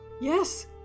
Yes